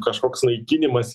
kažkoks naikinimas